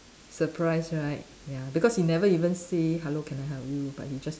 surprise right ya because he never even say hello can I help you but he just